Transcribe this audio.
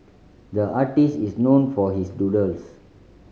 the artist is known for his doodles